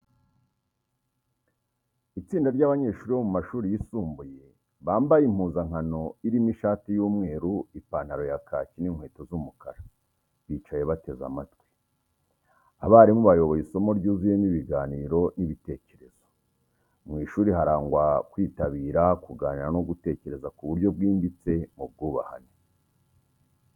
Itsinda ry’abanyeshuri bo mu mashuri yisumbuye bambaye impuzankano irimo ishati y’umweru, ipantalo ya kaki n’inkweto z’umukara bicaye bateze amatwi. Abarimu bayoboye isomo ryuzuyemo ibiganiro n’ibitekerezo. Mu ishuri harangwa kwitabira, kuganira no gutekereza ku buryo bwimbitse mu bwubahane.